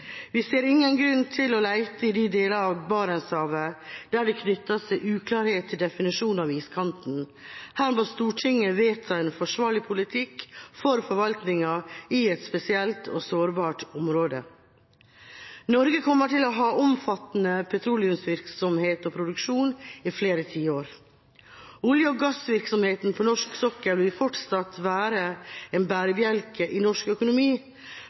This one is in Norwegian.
Vi ser ingen grunn til å lete i de delene av Barentshavet der det knytter seg uklarhet til definisjon av iskanten. Her må Stortinget vedta en forsvarlig politikk for forvaltninga i et spesielt og sårbart område. Norge kommer til å ha omfattende petroleumsvirksomhet og -produksjon i flere tiår. Olje- og gassvirksomheten på norsk sokkel vil fortsatt være en bærebjelke i norsk økonomi,